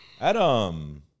Adam